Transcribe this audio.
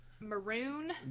Maroon